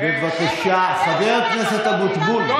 חבר הכנסת אבוטבול.